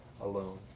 alone